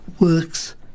works